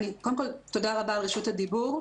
קודם כל תודה רבה על רשות הדיבור.